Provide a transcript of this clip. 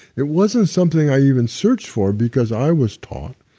it wasn't something i even searched for because i was taught,